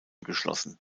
geschlossen